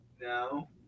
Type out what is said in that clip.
No